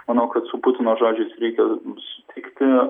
manau kad su putino žodžiais reikia sutikti